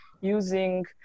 using